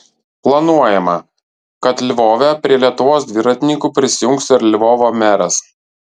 planuojama kad lvove prie lietuvos dviratininkų prisijungs ir lvovo meras